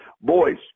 boys